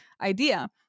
idea